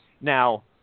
Now